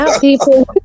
people